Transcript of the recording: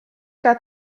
got